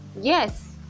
yes